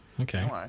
Okay